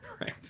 right